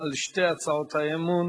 על שתי הצעות האי-אמון